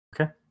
Okay